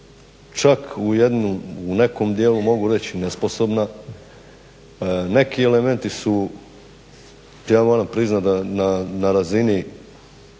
čak u nekom dijelu mogu reći nesposobna. Neki elementi su, ja moram priznati da, na razini,